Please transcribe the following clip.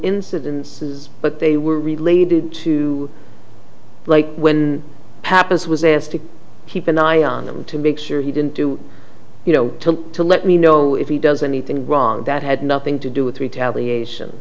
incidences but they were related to like when pappas was asked to keep an eye on them to make sure he didn't do you know took to let me know if he does anything wrong that had nothing to do with retaliation